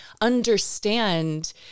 understand